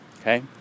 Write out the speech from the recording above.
Okay